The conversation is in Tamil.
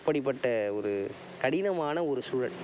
அப்படிப்பட்ட ஒரு கடினமான ஒரு சூழல்